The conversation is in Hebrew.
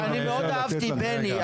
מיכאל מרדכי ביטון (יו"ר ועדת הכלכלה): בני,